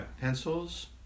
pencils